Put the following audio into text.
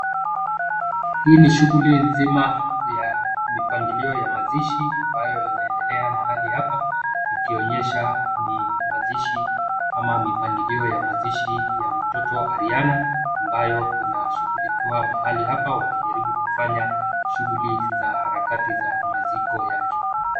Hii ni shughuli nzima ya mipangilio ya mazishi ambayo inaendelea mahali hapa ikionyesha ni mazishi ama mipangilio ya mazishi ya mtoto Ariana ambayo inashughulikiwa mahali hapa wakijaribu kufanya shughuli za harakati za maziko yake.